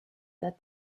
that